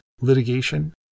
litigation